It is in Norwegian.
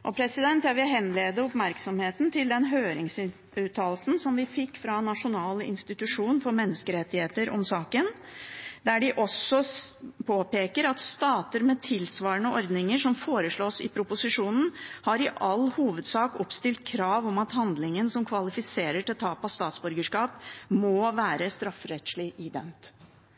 Jeg vil henlede oppmerksomheten mot den høringsuttalelsen som vi fikk fra Nasjonal institusjon for menneskerettigheter om saken, der de påpeker at stater med tilsvarende ordninger som foreslås i proposisjonen, har i all hovedsak oppstilt krav om at handlingen som kvalifiserer til tap av statsborgerskap, må